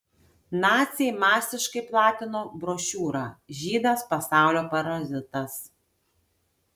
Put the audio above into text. naciai masiškai platino brošiūrą žydas pasaulio parazitas